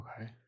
Okay